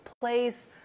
place